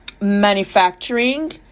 manufacturing